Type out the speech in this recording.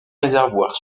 réservoir